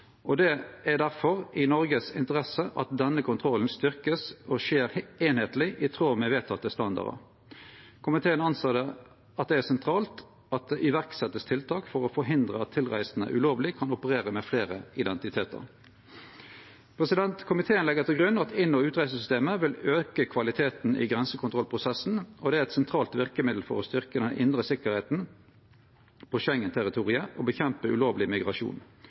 Det er difor i Noregs interesse at denne kontrollen vert styrkt og skjer einskapleg i tråd med vedtekne standardar. Komiteen ser det som sentralt at det vert sett i verk tiltak for å forhindre at tilreisande ulovleg kan operere med fleire identitetar. Komiteen legg til grunn at inn- og utreisesystemet vil auke kvaliteten i grensekontrollprosessen, og det er eit sentralt verkemiddel for å styrkje den indre sikkerheita på Schengen-territoriet å kjempe mot ulovleg migrasjon.